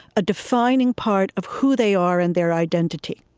a defining part of who they are and their identity